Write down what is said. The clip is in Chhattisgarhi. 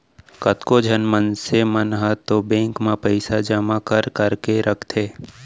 कतको झन मनसे मन ह तो बेंक म पइसा जमा कर करके रखथे